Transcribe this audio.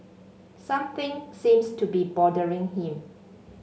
something seems to be bothering him